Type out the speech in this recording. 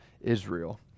Israel